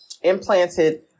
implanted